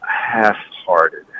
half-hearted